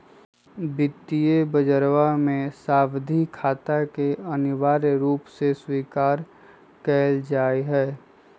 वित्तीय बजरवा में सावधि खाता के अनिवार्य रूप से स्वीकार कइल जाहई